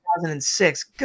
2006